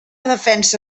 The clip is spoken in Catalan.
defensa